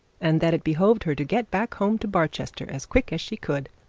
and that it behoved her to get back home to barchester as quick as she could.